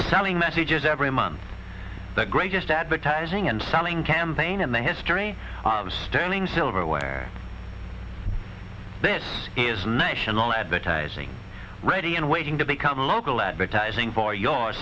selling messages every month the greatest advertising and selling campaign in the history standing silverware this is national advertising ready and waiting to become local advertising for your